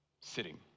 Sitting